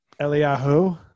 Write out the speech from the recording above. Eliyahu